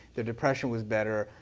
their depression was better.